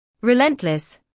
relentless